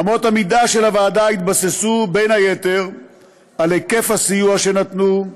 אמות המידה של הוועדה יתבססו בין היתר על היקף הסיוע שנתנו,